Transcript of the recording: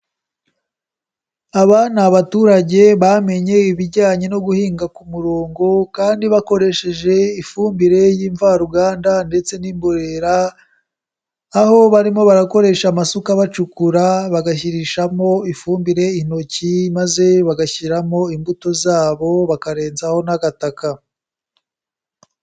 Aba ni abaturage bamenye ibijyanye no guhinga ku murongo, kandi bakoresheje ifumbire y'imvaruganda ndetse n'imborera; aho barimo barakoresha amasuka bacukura, bagashyirishamo ifumbire intoki, maze bagashyiramo imbuto zabo, bakarenzaho n'agataka.